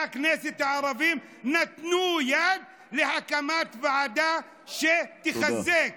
הכנסת הערבים נתנו יד להקמת ועדה שתחזק,